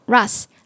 Russ